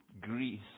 Greece